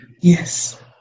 yes